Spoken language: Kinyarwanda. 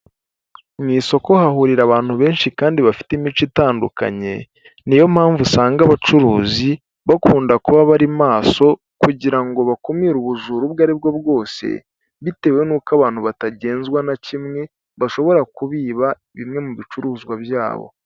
Mu isoko hahurira abantu benshi kandi bafite imico itandukanye. Ni yo mpamvu usanga abacuruzi bakunda kuba bari maso kugira ngo bakumire ubujura ubwo ari bwo bwose bitewe n'uko abantu batagenzwa na kimwe bashobora kubiba bimwe mu bicuruzwa byabo.